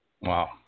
Wow